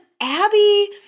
Abby